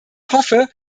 hoffe